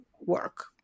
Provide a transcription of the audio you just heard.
work